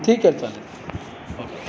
ठीक आहे चालेल